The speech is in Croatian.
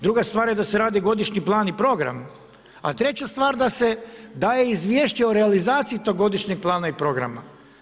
Druga stvar je da se radi godišnji plan i program, a treća stvar da se daje izvješće o realizaciji tog godišnjeg plana i programa.